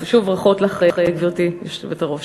שוב, ברכות לך, גברתי היושבת-ראש.